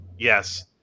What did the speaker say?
Yes